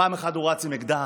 פעם אחת הוא רץ עם אקדח,